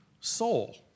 soul